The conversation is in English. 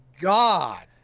God